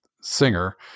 singer